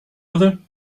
other